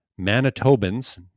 Manitobans